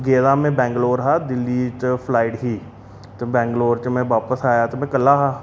गेदा में बैगलौर हा दिल्ली च फ्लाइट ही ते बैंगलौर च बापस आया ते में कल्ला हा